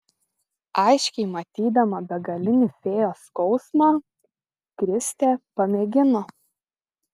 aiškiai matydama begalinį fėjos skausmą kristė pamėgino